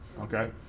okay